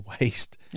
waste